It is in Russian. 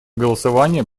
голосования